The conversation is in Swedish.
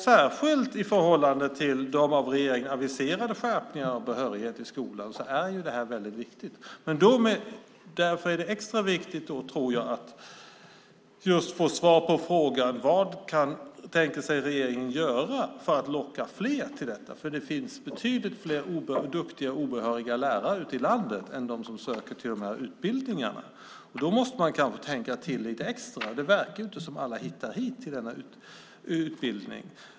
Särskilt i förhållande till de av regeringen aviserade skärpningarna av behörighetskraven i skolan är ju detta viktigt. Då är det också extra viktigt att få svar på frågan vad regeringen tänker göra för att locka fler. Det finns betydligt fler duktiga obehöriga lärare ute i landet än de som söker till dessa utbildningar. Då måste man kanske tänka till lite extra. Det verkar ju inte som att alla hittar till denna utbildning.